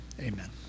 amen